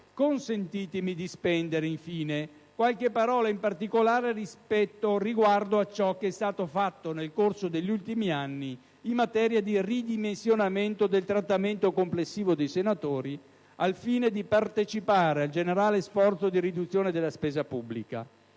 consentitemi di spendere, infine, qualche parola, in particolare, riguardo a ciò che è stato fatto nel corso degli ultimi anni in materia di ridimensionamento del trattamento complessivo dei senatori, al fine di partecipare al generale sforzo di riduzione della spesa pubblica.